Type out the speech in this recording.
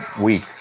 week